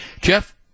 Jeff